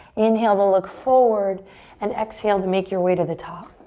inhale to look forward and exhale to make your way to the top.